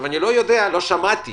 לא שמעתי